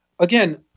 again